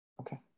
Okay